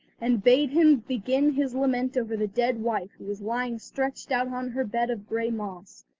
and bade him begin his lament over the dead wife who was lying stretched out on her bed of grey moss.